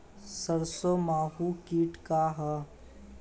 सरसो माहु किट का ह?